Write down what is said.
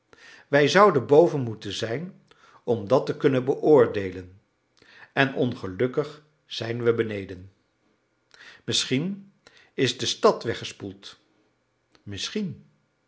wij zouden boven moeten zijn om dat te kunnen beoordeelen en ongelukkig zijn we beneden misschien is de stad weggespoeld misschien